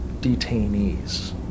detainees